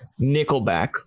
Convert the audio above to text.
Nickelback